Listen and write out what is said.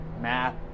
math